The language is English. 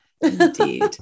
Indeed